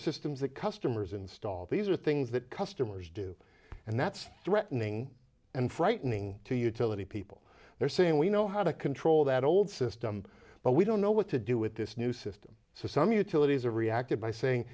systems that customers install these are things that customers do and that's threatening and frightening to utility people they're saying we know how to control that old system but we don't know what to do with this new system so some utilities are reacted by saying